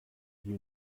you